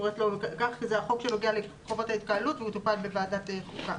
החוק שנוגע לחובת ההתקהלות שמטופל בוועדת החוקה,